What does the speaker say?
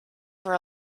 for